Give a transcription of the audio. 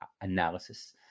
Analysis